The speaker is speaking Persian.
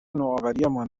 نوآوریمان